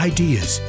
Ideas